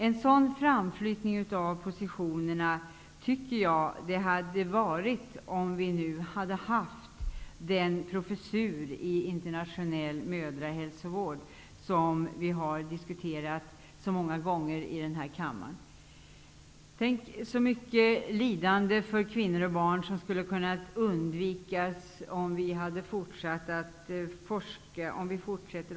En framflyttning av positionerna tycker jag att det hade varit om vi nu hade haft den professur i internationell mödrahälsovård som vi så många gånger har diskuterat här i kammaren. Tänk så mycket lidande för kvinnor och barn som kunde undvikas om vi fortsatte att forska och skaffa kunskaper!